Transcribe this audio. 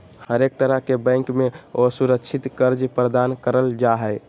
हरेक तरह के बैंक मे असुरक्षित कर्ज प्रदान करल जा हय